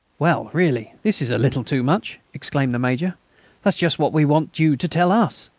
well, really, this is a little too much! exclaimed the major that's just what we want you to tell us!